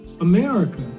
America